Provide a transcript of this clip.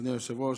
אדוני היושב-ראש.